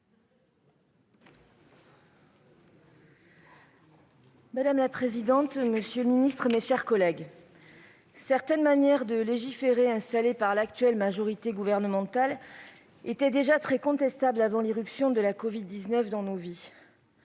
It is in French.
Madame la présidente, monsieur le ministre, mes chers collègues, certaines manières de légiférer installées par l'actuelle majorité gouvernementale étaient déjà très contestables avant l'irruption de la covid-19 dans nos vies.